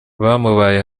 bamubaye